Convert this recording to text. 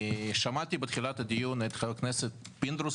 שמעתי בתחילת הדיון את חבר הכנסת פינדרוס